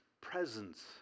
presence